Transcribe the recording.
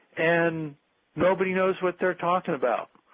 and nobody knows what they are talking about.